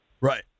Right